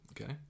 Okay